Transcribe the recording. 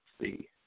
see